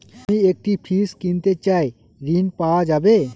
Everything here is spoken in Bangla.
আমি একটি ফ্রিজ কিনতে চাই ঝণ পাওয়া যাবে?